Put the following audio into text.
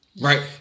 Right